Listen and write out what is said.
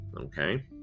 okay